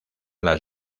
las